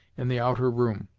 in the outer room.